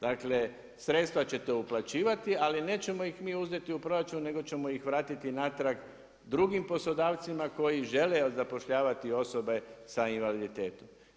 Dakle sredstva ćete uplaćivati ali nećemo ih mi uzeti u proračun nego ćemo ih vratiti natrag drugim poslodavcima koji žele zapošljavati osobe sa invaliditetom.